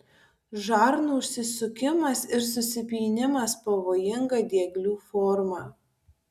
žarnų užsisukimas ir susipynimas pavojinga dieglių forma